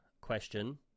question